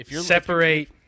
Separate